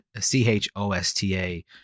C-H-O-S-T-A